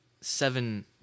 seven